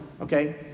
Okay